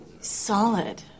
solid